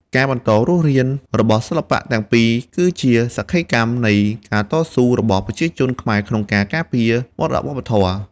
ការបន្តរស់រាន របស់សិល្បៈទាំងពីរគឺជាសក្ខីកម្មនៃការតស៊ូរបស់ប្រជាជនខ្មែរក្នុងការការពារមរតកវប្បធម៌។